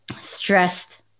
stressed